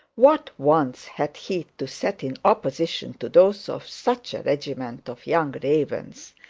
what wants had he to set in opposition to those of such a regiment of young ravens?